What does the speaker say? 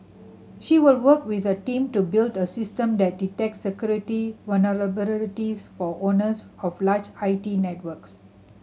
she will work with a team to build a system that detects security vulnerabilities for owners of large I T networks